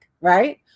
right